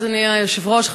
אדוני היושב-ראש,